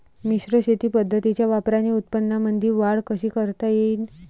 मिश्र शेती पद्धतीच्या वापराने उत्पन्नामंदी वाढ कशी करता येईन?